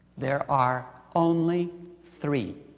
there are only three.